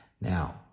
Now